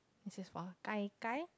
this is for gai gai